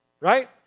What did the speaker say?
right